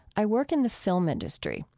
i work in the film industry,